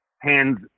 hands